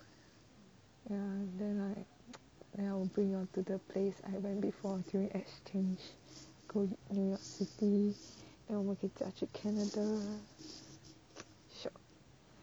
ya then like !aiya! I'll bring your to the place I went before during exchange go new york city then 我们可以 canada shiok